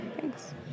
thanks